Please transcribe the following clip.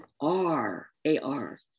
R-A-R